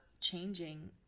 changing